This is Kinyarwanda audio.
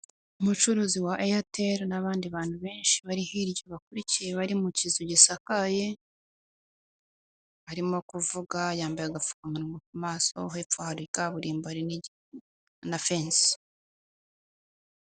Umucuruzi wa Eyateli, n'abandi bantu benshi bari hirya bakurikiye, bari mu kizu gisakaye arimo kuvuga yambaye agafukamunwa ku maso hepfo hari kaburimbo hari na fensi.